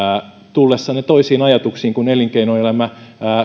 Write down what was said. tullessanne toisiin ajatuksiin kun elinkeinoelämä